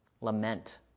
lament